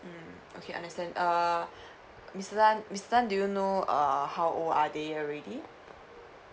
mm okay understand err mister tan mister tan do you know err how old are they already